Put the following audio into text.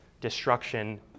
destruction